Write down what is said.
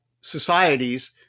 societies